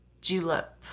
julep